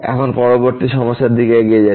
এখন পরবর্তী সমস্যার দিকে এগিয়ে যাচ্ছি